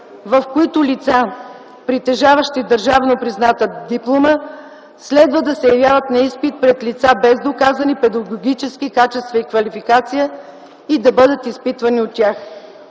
в които лица, притежаващи държавно призната диплома, следва да се явяват на изпит пред лица без доказани педагогически качества и квалификация и да бъдат изпитвани от тях.